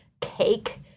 cake